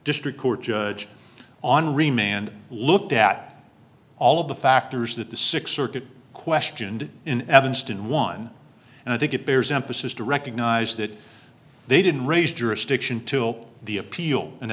district court judge on remand looked at all of the factors that the six circuit questioned in evanston one and i think it bears emphasis to recognize that they didn't raise jurisdiction till the appeal in